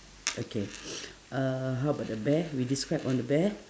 okay uhh how about the bear we describe on the bear